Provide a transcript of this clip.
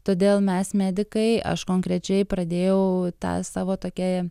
todėl mes medikai aš konkrečiai pradėjau tą savo tokį